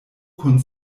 kun